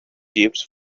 jeeps